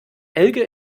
helge